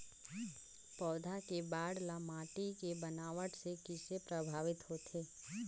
पौधा के बाढ़ ल माटी के बनावट से किसे प्रभावित होथे?